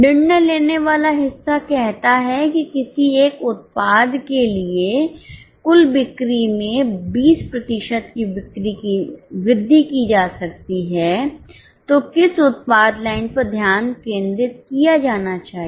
निर्णय लेने वाला हिस्सा कहता है कि किसी एक उत्पाद के लिए कुल बिक्री में 20 प्रतिशत की वृद्धि की जा सकती है तो किस उत्पाद लाइन पर ध्यान केंद्रित किया जाना चाहिए